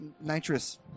nitrous